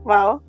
Wow